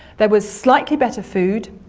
there was slightly better food,